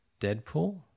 Deadpool